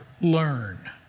Learn